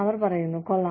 അവർ പറയുന്നു കൊള്ളാം